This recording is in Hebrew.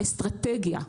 האסטרטגיה,